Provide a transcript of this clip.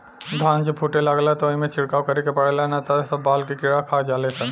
धान जब फूटे लागेला त ओइमे छिड़काव करे के पड़ेला ना त सब बाल के कीड़ा खा जाले सन